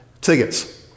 tickets